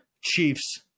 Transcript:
Chiefs